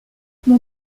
mon